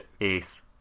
Ace